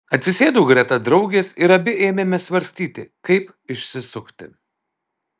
atsisėdau greta draugės ir abi ėmėme svarstyti kaip išsisukti